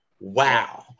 wow